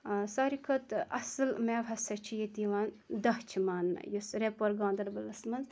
ساروی کھۄٚتہٕ اَصل میٚوٕ ہَسا چھُ ییٚتہِ یِوان دَچھ ماننہٕ یُس رٔپور گاندَربَلَس مَنٛز